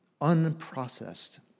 unprocessed